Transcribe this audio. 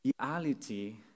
reality